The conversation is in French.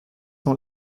dans